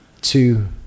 two